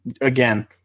again